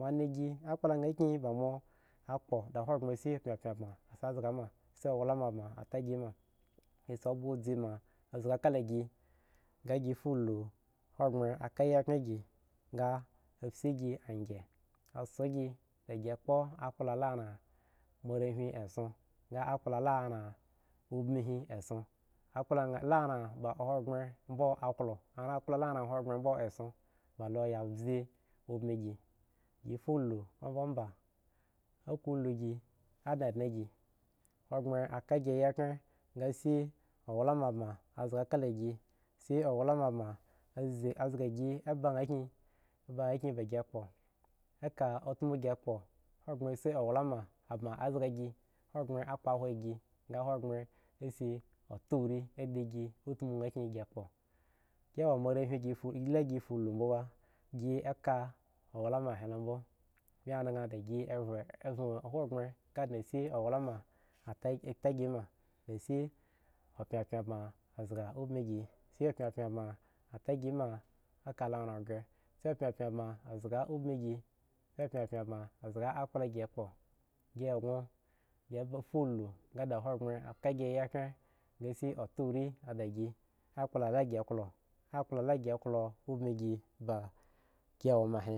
Moanan gi akpla nha kyin ba moakpo, da hogbren si pyanpyan bn si zgama si owlama ban ta gi ma nga si ooghghaban zga ka la gi nga gi fulu hogbren ka gikhrengi nga mbzigi angyen a zho gi da gi kpo akpla la ranmoarehwn esson nga kpla la ran ubin he esson akpla mha la ran ba hogbren mbo klo akpla la ran hogbren mbo esson ba lo ya mbzi ubin gi. gi fulu ombaba aku ulu gir adnadne gi hogbren aka gi ayikbren nga sow lama bad azga kala gi siowlama ban zi azgagi eba mhakyin eba mha kyin bagi kpo eka utmu gi kpo hognren si owlamban azagi hogbren akpohwogi nga hogbren asi otaurii a da gi utmu nha gi kpo g wo moarehwin gi fwgi wo moarehwin la fulumbo ba gi ka owlama he lo mbo bmi nad da gi vhen gi veg ahogbren nga dna a si owlama ta gi ma, nga dna si a pyanpyan bag azga ubin gi si pyanpyan ban adasi ma eka lo ranghre si pyanpyan banazga ubin gi si pyanpyan bd zga akpla gi kpo gi eggon gi ba fulu nga da hogbren ka gi yikhren nga si otsuriiada gi akpla la gi kloakpla la gi kloubingi ba gi wo mahe.